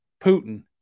Putin